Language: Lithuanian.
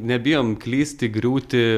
nebijom klysti griūti